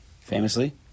famously